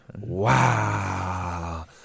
wow